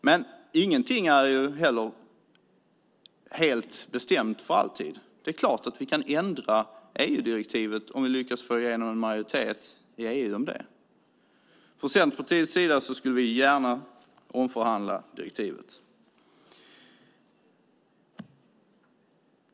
Men ingenting är helt bestämt för alltid. Det är klart att vi kan ändra EU-direktivet om vi lyckas få en majoritet i EU för det. Från Centerpartiets sida skulle vi gärna omförhandla direktivet.